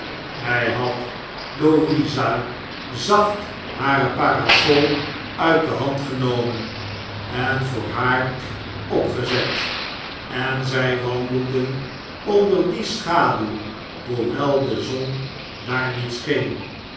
hlj had louisa zacht hare parasol uit de hand genomen en voor haar opgezet en zlj wandelden onder dier schaduw hoewel de zon daar niet scheen